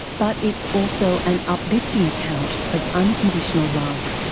but it's also an uplifting account of unconditional love.